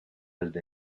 desde